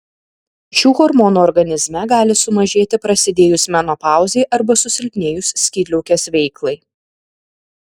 šių hormonų organizme gali sumažėti prasidėjus menopauzei arba susilpnėjus skydliaukės veiklai